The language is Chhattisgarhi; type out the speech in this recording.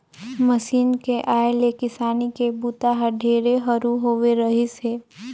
मसीन के आए ले किसानी के बूता हर ढेरे हरू होवे रहीस हे